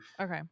Okay